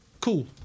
cool